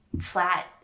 flat